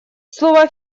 слово